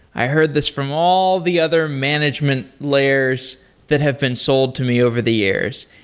i heard this from all the other management layers that have been sold to me over the years,